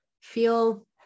feel